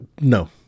No